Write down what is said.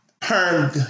perm